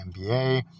NBA